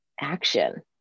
action